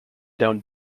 down